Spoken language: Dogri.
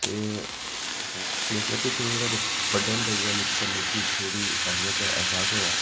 ते जिसलै फ्ही थोह्ड़ा थोह्ड़ा बड्डा होंदा मिगी इस थोह्ड़ी ऐह्मियत ऐ एहसास होएआ